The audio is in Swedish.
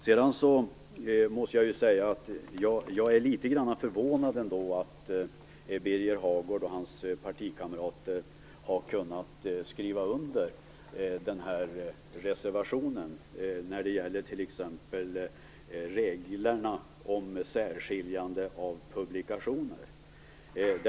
Sedan måste jag säga att jag är litet förvånad att Birger Hagård och hans partikamrater har kunnat skriva under reservationen med tanke på t.ex. reglerna om särskiljande av publikationer.